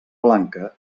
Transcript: blanca